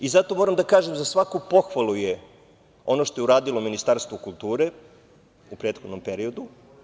Iz tog razloga, moram da kažem, za svaku pohvalu je ono što je uradilo Ministarstvo kulture, u prethodnom periodu.